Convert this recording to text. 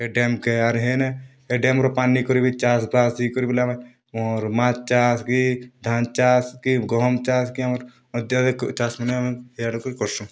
ଏ ଡ୍ୟାମ୍କେ ଆର୍ ହେନେ ହେ ଡ୍ୟାମ୍ରୁ ପାନ୍ ନେଇକରି ବି ଚାଷ୍ ଫାସ୍ ହେଇ କରି ବୋଲେ ଆମେ ଆମର୍ ମାଛ୍ ଚାଷ୍ କି ଧାନ୍ ଚାଷ୍ କି ଗହମ୍ ଚାଷ୍ କି ଆମର୍ ମାଧ୍ୟମିକ ଚାଷ୍ମନେ ଆମେ ଇଆଡ଼ୁକୁ କର୍ସୁଁ